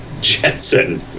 Jetson